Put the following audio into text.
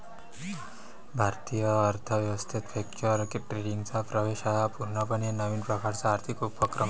भारतीय अर्थ व्यवस्थेत फ्युचर्स ट्रेडिंगचा प्रवेश हा पूर्णपणे नवीन प्रकारचा आर्थिक उपक्रम आहे